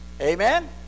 Amen